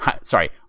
sorry –